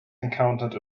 encountered